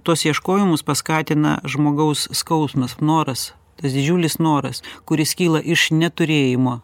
tuos ieškojimus paskatina žmogaus skausmas noras tas didžiulis noras kuris kyla iš neturėjimo